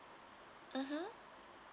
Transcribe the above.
mmhmm